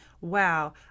wow